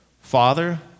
Father